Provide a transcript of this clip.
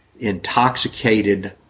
intoxicated